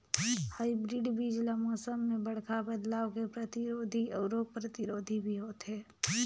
hybrid बीज ल मौसम में बड़खा बदलाव के प्रतिरोधी अऊ रोग प्रतिरोधी भी होथे